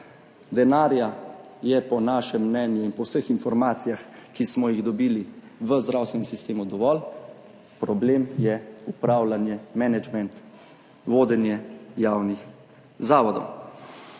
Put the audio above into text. Denarja je po našem mnenju in po vseh informacijah, ki smo jih dobili, v zdravstvenem sistemu dovolj, problem je upravljanje, menedžment, vodenje javnih zavodov.